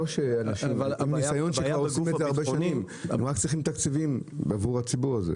הם רק צריכים תקציבים בעבור הציבור הזה.